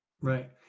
Right